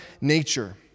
nature